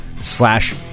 slash